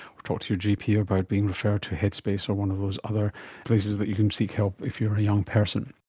or talk to your gp about being referred to headspace or one of those other places that you can seek help if you are a young person